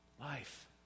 Life